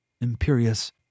imperious